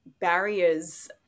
barriers